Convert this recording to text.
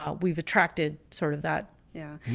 um we've attracted sort of that, yeah.